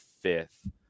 fifth